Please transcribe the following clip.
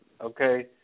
okay